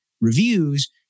reviews